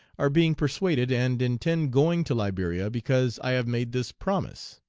are being persuaded, and intend going to liberia because i have made this promise.